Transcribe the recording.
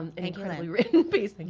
um incredibly written piece,